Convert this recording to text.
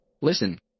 Listen